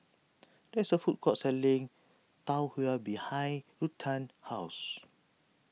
there is a food court selling Tau Huay behind Ruthann's house